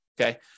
Okay